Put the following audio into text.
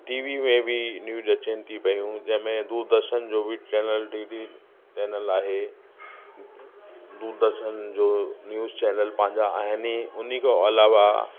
TV में बि news अचनि थियूं पियूं जंहिंमें दूरदर्शन जो बी चैनल डीडी चैनल आहे दूरदर्शन जो न्यूज़ चैनल पंहिंजा आहिनि ई उन खां अलावा